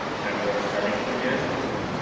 kind of where our starting point is.